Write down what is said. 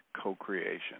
co-creation